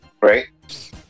Right